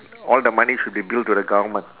all the money should be billed to the government